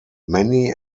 many